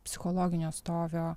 psichologinio stovio